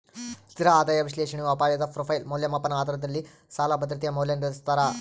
ಸ್ಥಿರ ಆದಾಯ ವಿಶ್ಲೇಷಣೆಯು ಅಪಾಯದ ಪ್ರೊಫೈಲ್ ಮೌಲ್ಯಮಾಪನ ಆಧಾರದಲ್ಲಿ ಸಾಲ ಭದ್ರತೆಯ ಮೌಲ್ಯ ನಿರ್ಧರಿಸ್ತಾರ